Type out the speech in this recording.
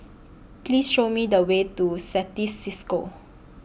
Please Show Me The Way to Certis CISCO